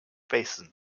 basin